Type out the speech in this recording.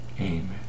Amen